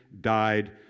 died